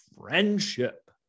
friendship